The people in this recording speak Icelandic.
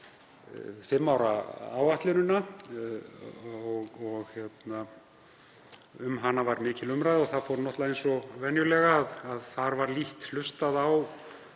fimm ára áætlunina og um hana var mikil umræða. Það fór náttúrlega eins og venjulega að þar var lítt hlustað á